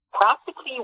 practically